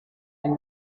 and